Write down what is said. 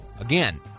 again